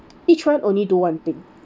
each one only do one thing